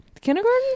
kindergarten